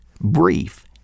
brief